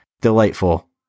Delightful